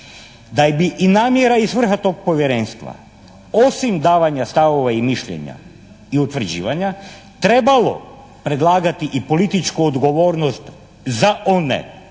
da bi i namjera i svrha tog Povjerenstva osim davanja stavova i mišljenja i utvrđivanja trebalo predlagati i političku odgovornost za one